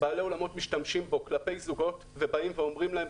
בעלי האולמות משתמשים בו כלפי זוגות ובאים ואומרים להם: